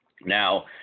Now